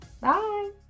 Bye